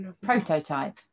prototype